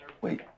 wait